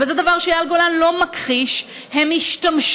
וזה דבר שאייל גולן לא מכחיש, הם השתמשו